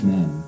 Men